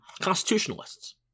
constitutionalists